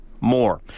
more